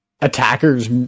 attackers